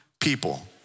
people